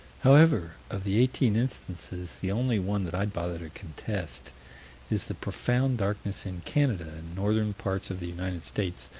however, of the eighteen instances, the only one that i'd bother to contest is the profound darkness in canada and northern parts of the united states,